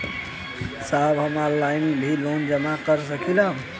साहब हम ऑनलाइन भी लोन जमा कर सकीला?